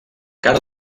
cara